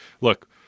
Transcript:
Look